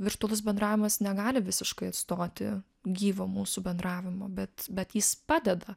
virtualus bendravimas negali visiškai atstoti gyvo mūsų bendravimo bet bet jis padeda